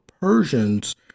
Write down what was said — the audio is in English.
Persians